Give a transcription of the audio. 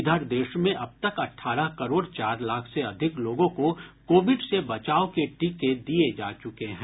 इधर देश में अब तक अठारह करोड़ चार लाख से अधिक लोगों को कोविड से बचाव के टीके दिये जा चुके हैं